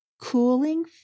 Cooling